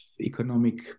economic